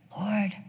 Lord